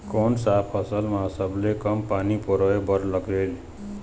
कोन सा फसल मा सबले कम पानी परोए बर लगेल?